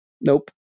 nope